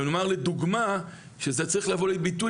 נאמר לדוגמה שזה צריך לבוא לידי ביטוי